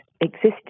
existing